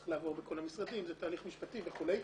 צריך לעבור בכל המשרדים, זה תהליך משפטי וכולי.